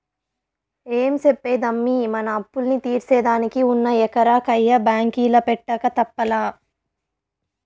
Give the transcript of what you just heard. ఏం చెప్పేదమ్మీ, మన అప్పుల్ని తీర్సేదానికి ఉన్న ఎకరా కయ్య బాంకీల పెట్టక తప్పలా